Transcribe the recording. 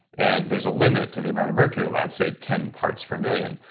and there's a limit to the amount of mercury allowed, say ten parts per million.